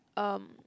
um